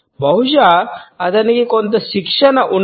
బహుశా అతనికి కొంత శిక్షణ ఉన్నందున